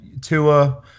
Tua